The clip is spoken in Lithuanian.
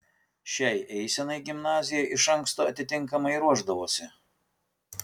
šiai eisenai gimnazija iš anksto atitinkamai ruošdavosi